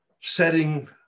setting